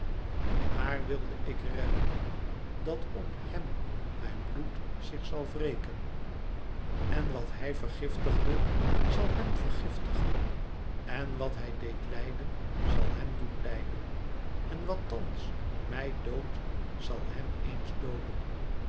haar wilde ik redden dat op hèm mijn bloed zich zal wreken en wat hij vergiftigde zal hem vergiftigen en wat hij deed lijden zal hem doen lijden en wàt thans mij doodt zal hem eens dooden